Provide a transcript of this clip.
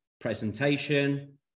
presentation